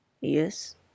Yes